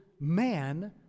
man